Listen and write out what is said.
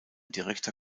direkter